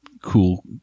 cool